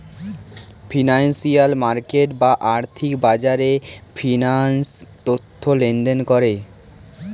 financial market বা আর্থিক বাজারে ফিন্যান্স তথ্য লেনদেন করে